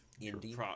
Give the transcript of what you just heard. Indeed